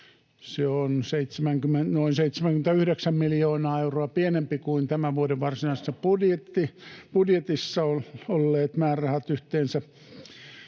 Se on noin 79 miljoonaa euroa pienempi kuin tämän vuoden varsinaisessa budjetissa olleet määrärahat yhteensä,